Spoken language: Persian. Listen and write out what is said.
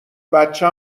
بچه